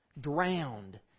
drowned